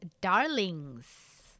Darlings